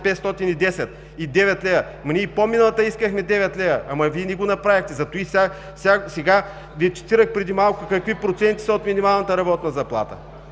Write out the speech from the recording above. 509 лв. Ние пό миналата искахме 9 лв., но Вие не го направихте. Затова Ви цитирах преди малко какви проценти са от минималната работна заплата.